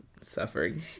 suffering